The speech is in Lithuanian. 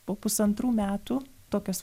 po pusantrų metų tokios